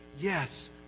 yes